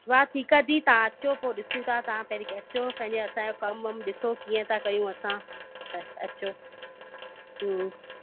हा ठीकु आहे दी तव्हां अचो पोइ ॾिसूं था तव्हां पहिरीं के अचो पंहिंजे असांजो कम वम ॾिसो कीअं था कयूं असां त अचो हूं